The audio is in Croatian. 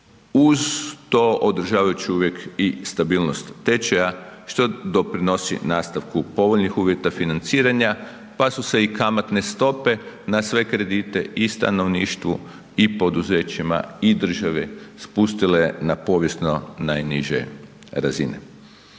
uz to održavajući uvijek i stabilnost tečaja što doprinosi nastavku povoljnih uvjeta financiranja pa su se i kamatne stope na sve kredite i stanovništvu i poduzećima i države spustile na povijesno najniže razine.